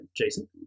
Jason